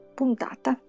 puntata